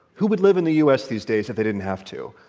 who would live in the u. s. these days if they didn't have to?